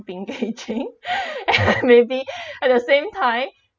been engaging maybe at the same time